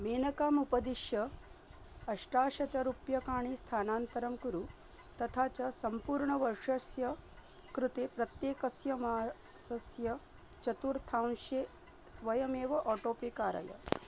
मेनकाम् उदिश्य अष्टाशतरूप्यकाणि स्थानान्तरं कुरु तथा च सम्पूर्णवर्षस्य कृते प्रत्येकस्य मासस्य चतुर्थांशे स्वयमेव आटो पे कारय